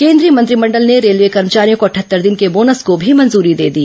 केंद्रीय मंत्रिमंडल ने रेलवे कर्मचारियों को अटहत्तर दिन के बोनस को भी मंजूरी दे दी